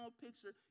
picture